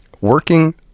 Working